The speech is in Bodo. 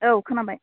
औ खोनाबाय